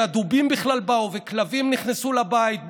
והדובים בכלל באו וכלבים נכנסו לבית,